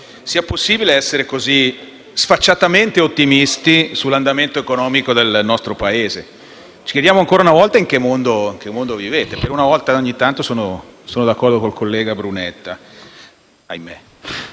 sia possibile essere così sfacciatamente ottimisti sull'andamento economico del nostro Paese. Ci chiediamo ancora una volta in che mondo viviate: per una volta tanto, ahimè, sono d'accordo con il collega Brunetta. Signor